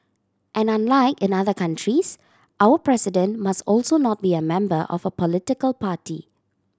and unlike in other countries our president must also not be a member of a political party